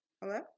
Hello